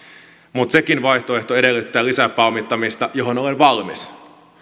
mutta sekin vaihtoehto edellyttää lisäpääomittamista johon olen valmis